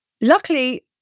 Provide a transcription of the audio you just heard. Luckily